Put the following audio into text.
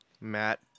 Matt